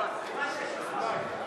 מסדר-היום את הצעת חוק